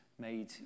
made